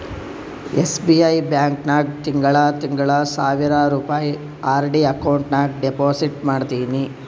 SBI bank ನಾಗ್ ತಿಂಗಳಾ ತಿಂಗಳಾ ಸಾವಿರ್ ರುಪಾಯಿ ಆರ್.ಡಿ ಅಕೌಂಟ್ ನಾಗ್ ಡೆಪೋಸಿಟ್ ಮಾಡ್ತೀನಿ